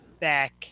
back